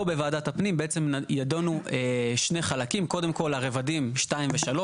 פה בוועדת הפנים בעצם ידונו שני חלקים: קודם כל הרבדים 2 ו-3.